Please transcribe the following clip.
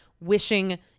wishing